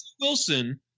Wilson